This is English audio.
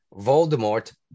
Voldemort